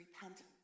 repentance